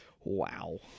Wow